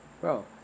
Bro